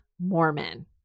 Mormon